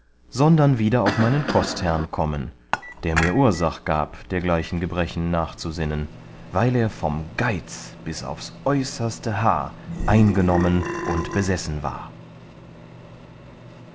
sondern wieder auf meinen kostherrn kommen der mir ursach gab dergleichen gebrechen nachzusinnen weil er vom geiz bis aufs äußerste haar eingenommen und besessen war